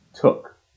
took